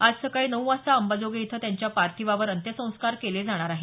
आज सकाळी नऊ वाजता अंबाजोगाई इथं त्यांच्या पार्थिवावर अंत्यसंस्कार केले जाणार आहेत